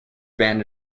banned